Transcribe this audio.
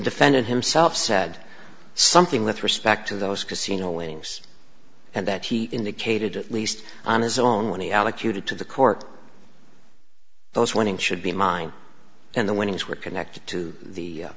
defendant himself said something with respect to those casino winnings and that he indicated at least on his own when he allocute to the court those winning should be mine and the winnings were connected to the